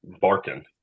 barking